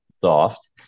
soft